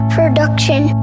Production